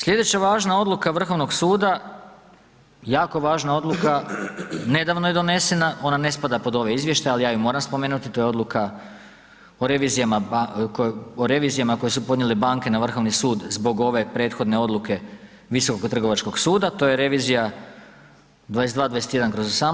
Sljedeća važna odluka Vrhovnog suda, jako važna odluka, nedavno je donesena, ona ne spada pod ove izvještaje, ali ja ju moram spomenuti, to je odluka o revizijama koje su podnijele banke na Vrhovni sud zbog ove prethodne odluke Visokog trgovačkog suda, to je revizija 2221/